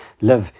live